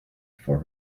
for